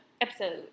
episode